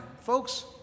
folks